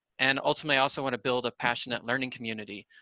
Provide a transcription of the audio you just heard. and ultimately, i also want to build a passionate learning community,